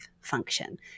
function